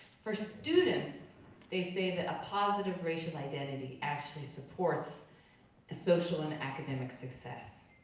for students they say that a positive racial identity actually supports social and academic success.